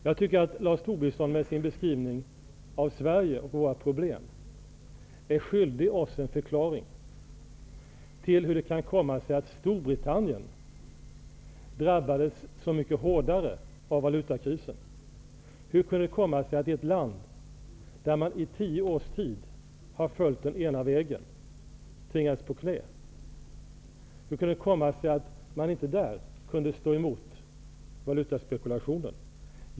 Jag tycker att Lars Tobisson med sin beskrivning av Sverige och våra problem är skyldig oss en förklaring till hur det kan komma sig att Storbritannien drabbades så mycket hårdare av valutakrisen. Hur kunde det komma sig att man tvingades på knä i ett land där man i tio års tid har följt den enda vägen? Hur kunde det komma sig att man där inte kunde stå emot valutaspekulationen?